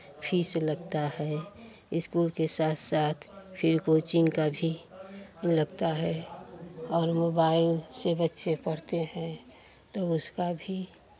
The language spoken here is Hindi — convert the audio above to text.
फीस लगता है इस्कूल के साथ साथ फिर कोचिंग का भी लगता है और मोबाइल से बच्चे पढ़ते हैं तो उसका भी